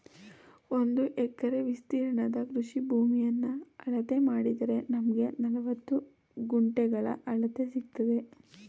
ಒಂದು ಎಕರೆ ವಿಸ್ತೀರ್ಣದ ಕೃಷಿ ಭೂಮಿಯನ್ನ ಅಳತೆ ಮಾಡಿದರೆ ನಮ್ಗೆ ನಲವತ್ತು ಗುಂಟೆಗಳ ಅಳತೆ ಸಿಕ್ತದೆ